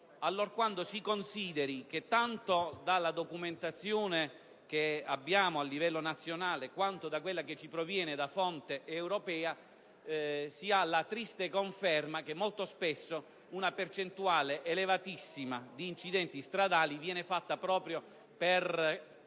infatti, se si considera tanto la documentazione che abbiamo a livello nazionale quanto quella che ci proviene da fonte europea, si ha la triste conferma che una percentuale elevatissima di incidenti stradali è dovuta proprio al